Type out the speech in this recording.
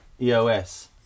EOS